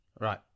Right